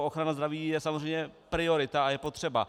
Ochrana zdraví je samozřejmě priorita a je potřeba.